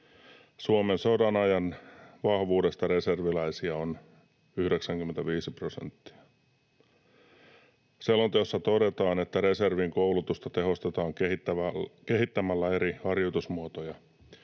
Suomen sodanajan vahvuudesta reserviläisiä on 95 prosenttia. Selonteossa todetaan, että reservin koulutusta tehostetaan kehittämällä eri harjoitusmuotoja,